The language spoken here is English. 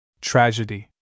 Tragedy